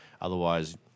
otherwise